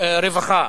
הרווחה.